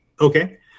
Okay